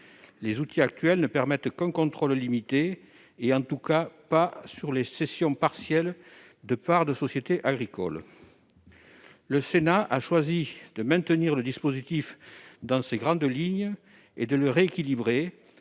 Les outils actuels ne permettent qu'un contrôle limité, qui ne s'exerce pas sur les cessions partielles de parts de sociétés agricoles. Le Sénat a choisi de maintenir ce dispositif dans ses grandes lignes et de le rééquilibrer.